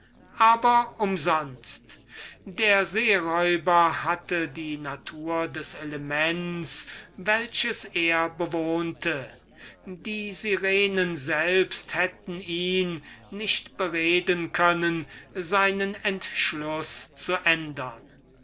aber umsonst der seeräuber hatte die natur des elements welches er bewohnte und die syrenen selbst hätten ihn nicht bereden können seinen entschluß zu ändern